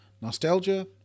nostalgia